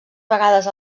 vegades